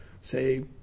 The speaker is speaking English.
say